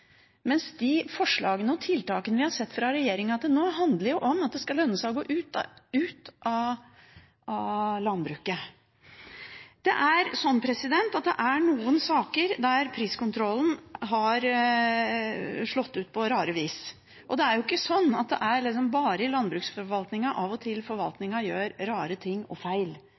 mens de forslagene og tiltakene vi har sett fra regjeringen til nå, handler om at det skal lønne seg å gå ut av landbruket. Det er noen saker der priskontrollen har slått ut på rare vis, og det er jo ikke sånn at det bare er i landbruksforvaltningen at forvaltningen av og til gjør rare ting og feil.